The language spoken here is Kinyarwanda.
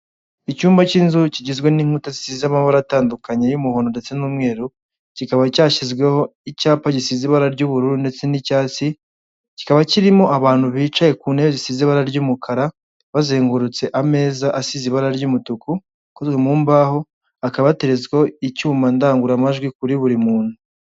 Icyumba cy'inzu kigizwe n'inkuta zisize amabara atandukanye y'umuhondo ndetse n'umweru, kikaba cyashyizweho icyapa gisize ibara ry'ubururu ndetse n'icyatsi, kikaba kirimo abantu bicaye ku ntebe zisize ibara ry'umukara, bazengurutse ameza asize ibara ry'umutuku akozwe mu mbaho, hakaba hateretseho icyuma ndangururamajwi kuri buri muntu.